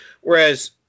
Whereas